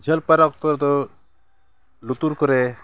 ᱡᱷᱟᱹᱞ ᱯᱟᱭᱨᱟᱜ ᱚᱠᱛᱚ ᱨᱮᱫᱚ ᱞᱩᱛᱩᱨ ᱠᱚᱨᱮ